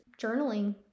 journaling